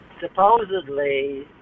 supposedly